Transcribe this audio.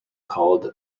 called